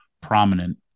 prominent